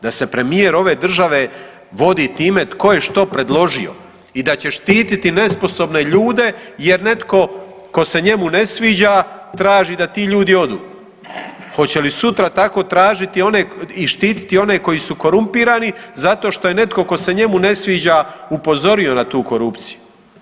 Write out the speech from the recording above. Da se premijer ove države vodi time tko je što predložio i da će štititi nesposobne ljude jer netko tko se njemu ne sviđa traži da ti ljudi odu, hoće li sutra tako tražiti one i štiti one koji su korumpirani zato što je netko tko se njemu ne sviđa upozorio na tu korupciju.